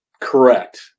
Correct